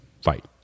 fight